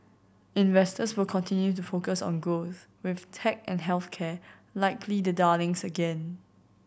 investors will continue to focus on growth with tech and health care likely the darlings again